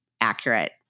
accurate